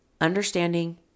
understanding